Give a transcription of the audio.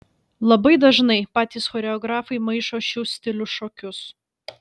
labai dažnai patys choreografai maišo šių stilių šokius